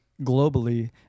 globally